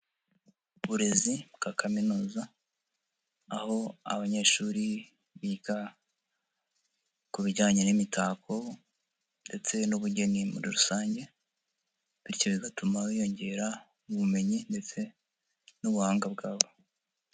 Uburezi bwa Kaminuza, aho abanyeshuri biga ku bijyanye n'imitako ndetse n'ubugeni muri rusange bityo bigatuma hiyongera ubumenyi ndetse n'ubuhanga bwabo.